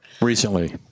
Recently